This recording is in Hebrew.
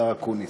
השר אקוניס.